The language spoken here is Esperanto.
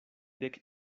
dek